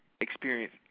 experience